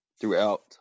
throughout